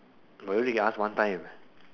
bro you only can ask one time